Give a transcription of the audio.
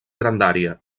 grandària